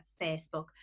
Facebook